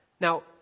Now